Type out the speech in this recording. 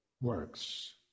works